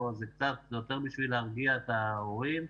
זה יותר בשביל להרגיע את ההורים.